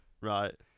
Right